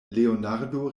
leonardo